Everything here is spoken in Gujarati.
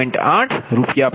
92RsMWhrઅને 2max78